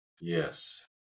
Yes